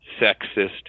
sexist